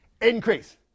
increase